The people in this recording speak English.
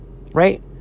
Right